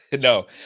no